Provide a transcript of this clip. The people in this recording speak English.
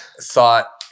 thought